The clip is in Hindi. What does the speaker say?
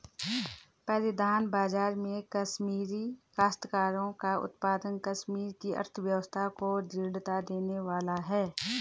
परिधान बाजार में कश्मीरी काश्तकारों का उत्पाद कश्मीर की अर्थव्यवस्था को दृढ़ता देने वाला है